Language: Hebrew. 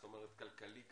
זאת אומרת כלכלי כספי,